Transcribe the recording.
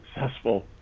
successful